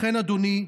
לכן, אדוני,